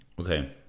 Okay